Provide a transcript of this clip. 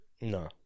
No